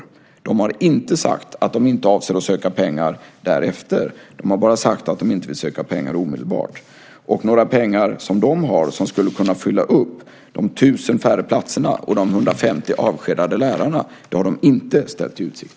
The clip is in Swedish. Högskolan har inte sagt att den inte avser att söka pengar därefter. Den har bara sagt att de inte vill söka pengar omedelbart. Några pengar som högskolan har och som skulle kunna fylla upp de 1 000 färre platserna och de 150 avskedade lärarna har inte ställts i utsikt.